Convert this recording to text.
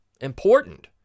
important